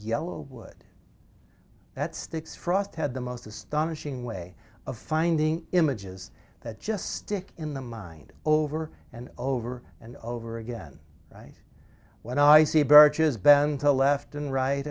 yellow wood that sticks frost had the most astonishing way of finding images that just stick in the mind over and over and over again right when i see birch's bend to the left and right